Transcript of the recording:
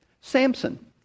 Samson